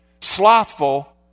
Slothful